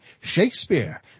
Shakespeare